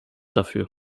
dafür